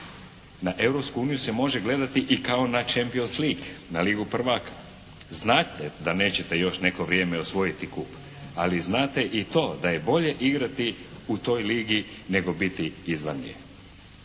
uniju se može gledati i kao na champion … na ligu prvaka. Znate da nećete još neko vrijeme osvojiti KUP, ali znate i to da je bolje igrati u toj ligi nego biti izvan nje.